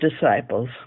disciples